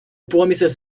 promises